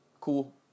Cool